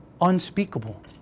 unspeakable